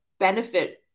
Benefit